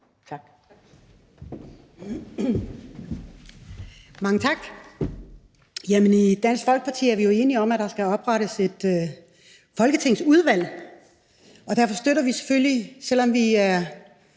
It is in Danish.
(DF): Mange tak. I Dansk Folkeparti er vi jo enige i, at der skal oprettes et folketingsudvalg, og derfor støtter vi det selvfølgelig, selv om vi